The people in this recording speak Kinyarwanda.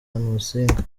musinga